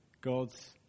God's